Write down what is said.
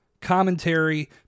commentary